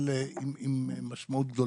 אבל עם משמעות גדולה.